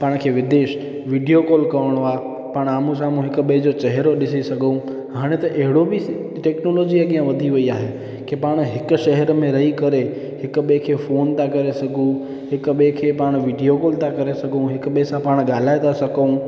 पाण खे विदेश विडिओ कॉल करिणो आहे पाण आम्हूं साम्हूं हिक ॿिए जो चहिरो ॾिसी सघूं हाणे त अहिड़ो बि टेक्नोलोजी अॻियां वधी वयी आहे कि पाण हिक शहर में रही करे हिक ॿिए खे फोन था करे सघूं हिक ॿिए खे पाण विडियो कॉल था करे सघूं हिक ॿिए सां पाण ॻाल्हाए था सघूं